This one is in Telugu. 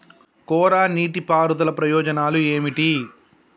కోరా నీటి పారుదల ప్రయోజనాలు ఏమిటి?